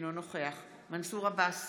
אינו נוכח מנסור עבאס,